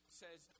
says